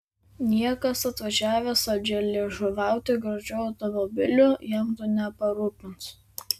niekas atvažiavęs saldžialiežuvauti gražiu automobiliu jam to neparūpins